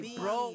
bro